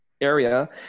area